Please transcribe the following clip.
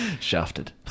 shafted